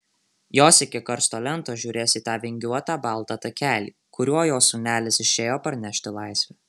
jos iki karsto lentos žiūrės į tą vingiuotą baltą takelį kuriuo jos sūnelis išėjo parnešti laisvę